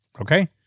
okay